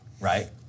right